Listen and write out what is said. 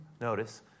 notice